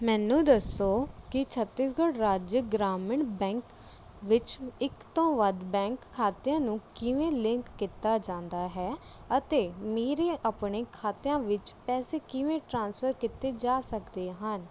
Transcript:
ਮੈਨੂੰ ਦੱਸੋ ਕਿ ਛੱਤੀਸਗੜ੍ਹ ਰਾਜ ਗ੍ਰਾਮੀਣ ਬੈਂਕ ਵਿੱਚ ਇੱਕ ਤੋਂ ਵੱਧ ਬੈਂਕ ਖਾਤਿਆਂ ਨੂੰ ਕਿਵੇਂ ਲਿੰਕ ਕੀਤਾ ਜਾਂਦਾ ਹੈ ਅਤੇ ਮੇਰੇ ਆਪਣੇ ਖਾਤਿਆਂ ਵਿੱਚ ਪੈਸੇ ਕਿਵੇਂ ਟਰਾਂਸਫਰ ਕੀਤੇ ਜਾ ਸਕਦੇ ਹਨ